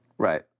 Right